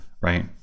right